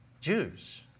Jews